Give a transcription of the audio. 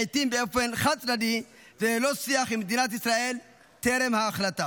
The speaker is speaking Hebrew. לעיתים באופן חד-צדדי וללא שיח עם מדינת ישראל טרם ההחלטה.